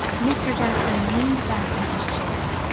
mr. jackson leaned back in his chair,